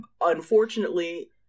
unfortunately